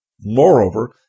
Moreover